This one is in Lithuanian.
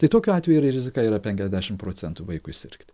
tai tokiu atveju rizika yra penkiasdešimt procentų vaikui sirgti